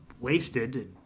wasted